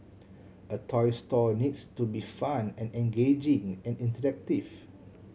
a toy store needs to be fun and engaging and interactive